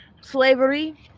slavery